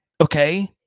Okay